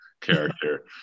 character